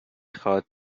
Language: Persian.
خواد